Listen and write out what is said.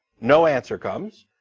no answer comes.